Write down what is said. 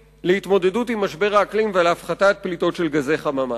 להתמודדות עם משבר האקלים ולהפחתת פליטות של גזי חממה.